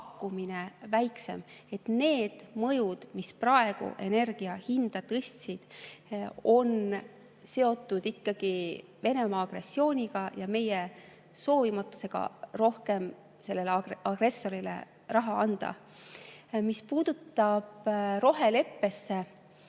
energiapakkumine väiksem. Need mõjud, mis praegu energia hinda tõstsid, on seotud ikkagi Venemaa agressiooniga ja meie soovimatusega sellele agressorile rohkem raha anda. Mis puutub roheleppesse